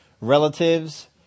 relatives